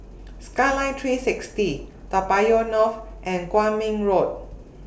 Skyline three sixty Toa Payoh North and Kwong Min Road